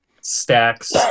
stacks